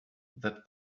that